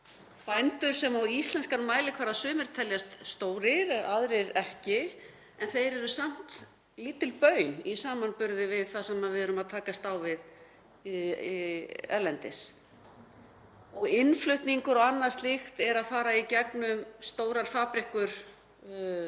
bændur sem á íslenskan mælikvarða teljast sumir stórir, aðrir ekki, en þeir eru samt lítil baun í samanburði við það sem við erum að takast á við erlendis. Innflutningur og annað slíkt er að fara í gegnum stórar fabrikkur